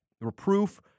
reproof